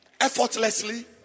Effortlessly